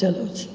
चलो ठीक ऐ